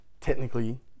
Technically